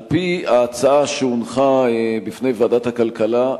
על-פי ההצעה שהונחה בפני ועדת הכלכלה,